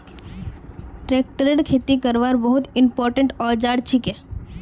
tractor खेती करवार बहुत इंपोर्टेंट औजार छिके